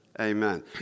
Amen